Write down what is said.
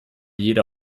jeder